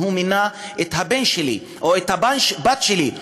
הוא מינה את הבן שלי או את הבת שלי.